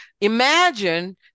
Imagine